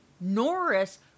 Norris